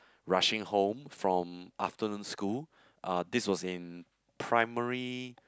rushing home from afternoon school uh this was in primary